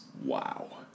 Wow